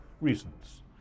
reasons